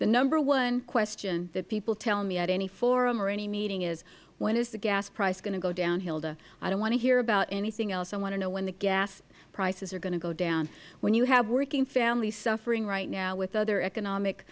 the number one question that people tell me at any forum or any meeting is when is the gas price going to go down hilda i do not want to hear about anything else i want to know when the gas prices are going to go down when you have working families suffering right now with other economic